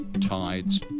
tides